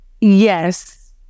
yes